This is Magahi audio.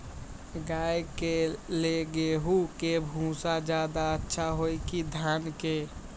गाय के ले गेंहू के भूसा ज्यादा अच्छा होई की धान के?